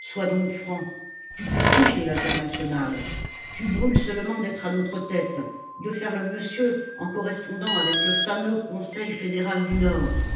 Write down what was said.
sois donc franc tu te fiches de l'internationale tu brûles seulement d'être à notre tête de faire le monsieur en correspondant avec le fameux conseil fédéral du nord